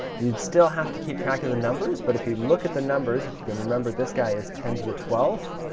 you'd still have to keep track of the numbers, but if you look at the numbers, if you can remember this guy is ten to the twelfth,